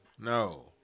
no